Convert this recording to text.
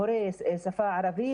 מורי שפה ערבית.